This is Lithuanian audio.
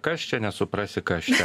kas čia nesuprasi kas čia